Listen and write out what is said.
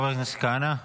חבר הכנסת כהנא.